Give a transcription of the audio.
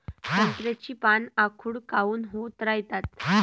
संत्र्याची पान आखूड काऊन होत रायतात?